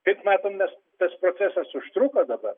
kaip matom mes tas procesas užtruko dabar